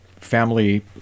family